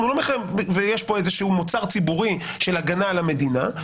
ויש פה איזשהו מוצר ציבורי של הגנה על המדינה,